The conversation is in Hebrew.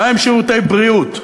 מה עם שירותי בריאות?